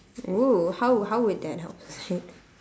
!woo! how how would that help